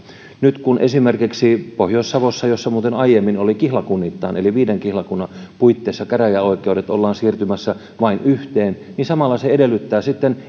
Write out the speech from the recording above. nyt kun esimerkiksi pohjois savossa jossa muuten aiemmin oli kihlakunnittain eli viiden kihlakunnan puitteissa käräjäoikeudet ollaan siirtymässä vain yhteen se samalla edellyttää sitten